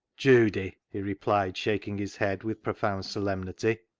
judy, he replied, shaking his head with profound solemnity,